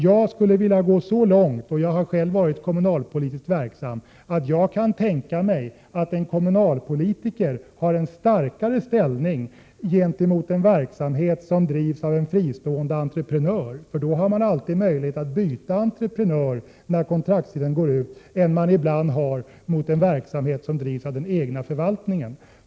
Jag skulle vilja gå så långt — jag har själv varit kommunalpolitiskt verksam — att jag säger att jag kan tänka mig att en kommunalpolitiker har en starkare ställning i förhållande till en verksamhet som bedrivs av en fristående entreprenör — man har alltid möjlighet att byta entreprenör när kontraktstiden går ut — än man ibland har i förhållande till en verksamhet som drivs av den egna förvaltningen.